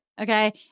Okay